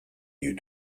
you